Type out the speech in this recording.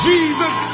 Jesus